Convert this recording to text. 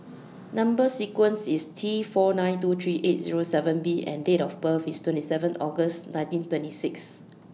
Number sequence IS T four nine two three eight Zero seven B and Date of birth IS twenty seven August nineteen twenty six